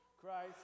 Christ